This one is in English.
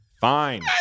fine